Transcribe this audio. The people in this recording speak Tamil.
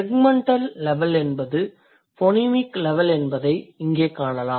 செக்மெண்டல் லெவல் என்பது ஃபோனீமிக் லெவல் என்பதை இங்கே காணலாம்